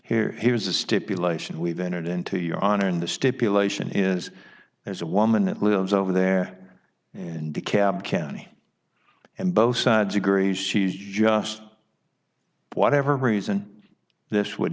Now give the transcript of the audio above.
here here's a stipulation we've entered into your honor and the step elation is there's a woman that lives over there and dekalb county and both sides agree she's just whatever reason this would